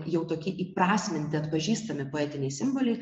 jau tokie įprasminti atpažįstami poetiniai simboliai